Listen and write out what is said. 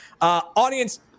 Audience